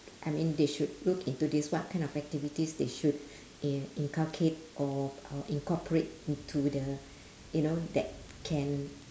I mean they should look into this what kind of activities they should in~ inculcate or uh incorporate into the you know that can